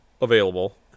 available